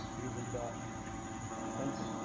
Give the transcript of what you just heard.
he's in the center,